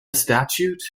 statute